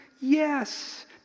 Yes